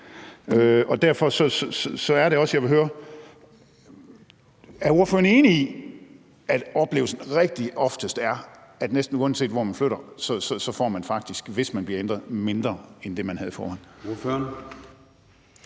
Derfor er det også, at jeg vil høre om noget: Er ordføreren enig i, at oplevelsen rigtig oftest er, at næsten uanset hvor man flytter hen, får man faktisk, hvis der bliver ændret i det, mindre end det, man havde i